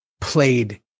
played